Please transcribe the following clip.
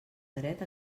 dret